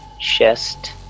chest